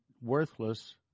worthless